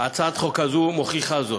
הצעת החוק הזאת מוכיחה זאת.